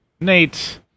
nate